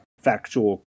factual